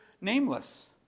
nameless